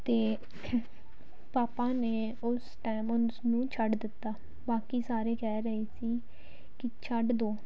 ਅਤੇ ਪਾਪਾ ਨੇ ਉਸ ਟਾਈਮ ਉਸ ਨੂੰ ਛੱਡ ਦਿੱਤਾ ਬਾਕੀ ਸਾਰੇ ਕਹਿ ਰਹੇ ਸੀ ਕਿ ਛੱਡ ਦਿਓ